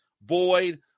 Boyd